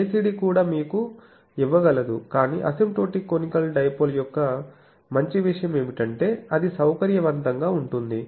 ACD కూడా మీకు ఇవ్వగలదు కాని అసిమ్ప్టోటిక్ కొనికల్ డైపోల్ యొక్క మంచి విషయం ఏమిటంటే అది సౌకర్యవంతంగా ఉంటుంది